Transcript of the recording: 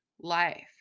life